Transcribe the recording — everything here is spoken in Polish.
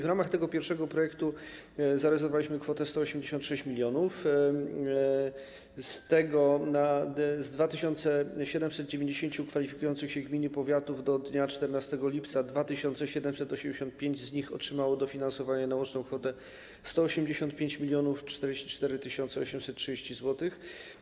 W ramach tego pierwszego projektu zarezerwowaliśmy kwotę 186 mln, z tego na 2790 kwalifikujących się gmin i powiatów do dnia 14 lipca 2785 z nich otrzymało dofinansowanie na łączną kwotę 185 044 tys. 830 zł.